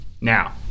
Now